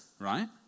right